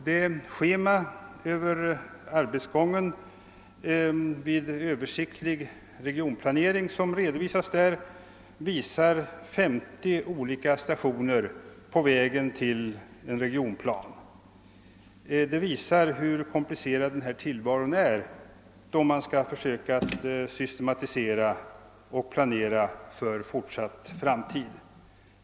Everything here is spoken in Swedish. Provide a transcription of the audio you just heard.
Det schema över arbetsgången vid översiktlig regionplanering som redovisas där visar alltnog 50 olika stationer på vägen till en regionplan. Det visar hur komplicerad den här tillvaron är då man skall försöka att systematisera och planera för en fortsatt framtid.